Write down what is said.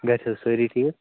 گَرِ چھِ حظ سٲرِی ٹھیٖک